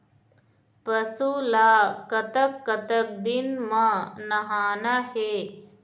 पशु ला कतक कतक दिन म नहाना हे?